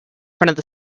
front